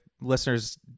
listeners